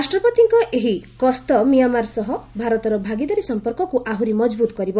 ରାଷ୍ଟ୍ରପତିଙ୍କ ଏହି ଗସ୍ତ ମିଆଁମାର ସହ ଭାରତର ଭାଗିଦାରୀ ସଂପର୍କକୁ ଆହୁରି ମଜବୁତ କରିବ